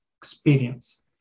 experience